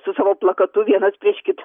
su savo plakatu vienas prieš kitą